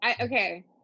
okay